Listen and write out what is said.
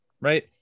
right